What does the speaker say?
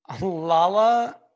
lala